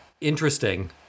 interesting